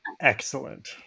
Excellent